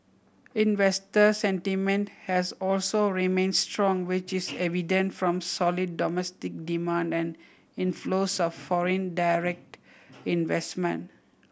investor sentiment has also remained strong which is evident from solid domestic demand and inflows of foreign direct investment